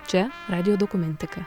čia radijo dokumentika